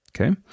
Okay